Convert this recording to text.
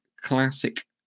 classic